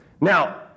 Now